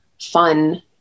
fun